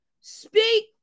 Speak